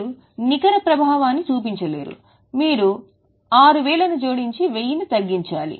మీరు నికర ప్రభావాన్ని చూపించలేరు మీరు 6000 ని జోడించి 1000 తగ్గించాలి